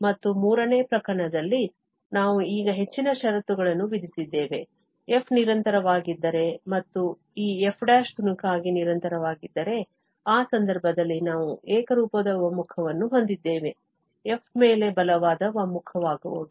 ಮತ್ತು ಮೂರನೇ ಪ್ರಕರಣದಲ್ಲಿ ನಾವು ಈಗ ಹೆಚ್ಚಿನ ಷರತ್ತುಗಳನ್ನು ವಿಧಿಸಿದ್ದೇವೆ f ನಿರಂತರವಾಗಿದ್ದರೆ ಮತ್ತು ಈ f ′ ತುಣುಕಾಗಿ ನಿರಂತರವಾಗಿದ್ದರೆ ಆ ಸಂದರ್ಭದಲ್ಲಿ ನಾವು ಏಕರೂಪದ ಒಮ್ಮುಖವನ್ನು ಹೊಂದಿದ್ದೇವೆ f ಮೇಲೆ ಬಲವಾದ ಒಮ್ಮುಖವಾಗುವುದು